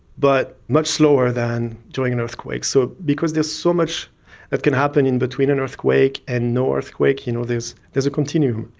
but much slower than during an earthquake. so because there's so much that can happen in between an earthquake and no earthquake, you know, there's there's a continuum.